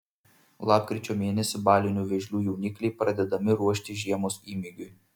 lapkričio mėnesį balinių vėžlių jaunikliai pradedami ruošti žiemos įmygiui